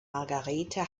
margarethe